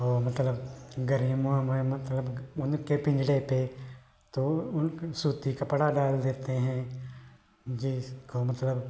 और मतलब गर्मियों में मतलब उनके पिन्जरे पर तो उनको सूती कपड़ा डाल देते हैं जिसका मतलब